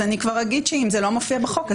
אז אומר שאם זה לא מופיע בחוק,